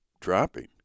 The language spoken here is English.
dropping